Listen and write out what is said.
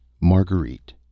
Marguerite